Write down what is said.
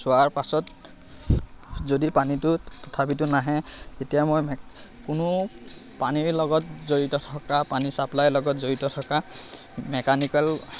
চোৱাৰ পাছত যদি পানীটো তথাপিতো নাহে তেতিয়া মই কোনো পানীৰ লগত জড়িত থকা পানী চাপ্লাইৰ লগত জড়িত থকা মেকানিকেল